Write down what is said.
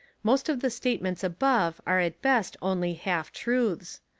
most of the statements above are at best only half truths.